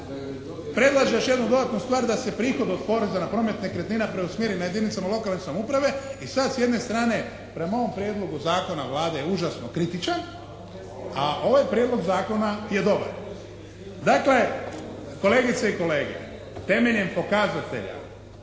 predlaže još jednu dodatnu stvar da se prihod od poreza na promet nekretnina preusmjeri ne jedinicama lokalne samouprave. I sad s jedne strane prema ovom prijedlogu zakona Vlade je užasno kritičan. A ovaj prijedlog zakona je dobar. Dakle, kolegice i kolege, temeljem pokazatelja,